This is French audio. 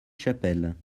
chapelle